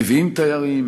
מביאים תיירים,